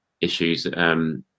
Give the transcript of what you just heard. issues